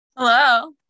Hello